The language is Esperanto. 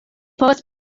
povas